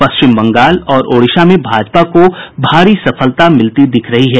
पश्चिम बंगाल और ओडिशा में भाजपा को भारी सफलता मिलती दिख रही है